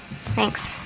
Thanks